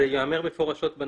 זה ייאמר מפורשות.